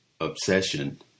obsession